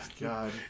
god